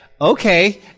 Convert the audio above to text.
Okay